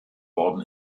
worden